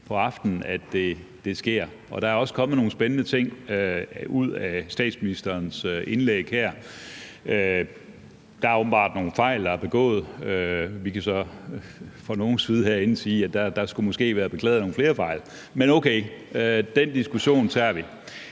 på aftenen, at det sker – og der er også kommet nogle spændende ting ud af statsministerens indlæg her: Der er åbenbart nogle fejl, der er blevet begået. Vi kan så fra nogles side herinde sige, at der måske skulle have været beklaget nogle flere fejl, men okay, den diskussion tager vi.